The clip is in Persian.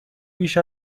بیش